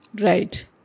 Right